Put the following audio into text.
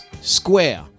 square